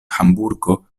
hamburgo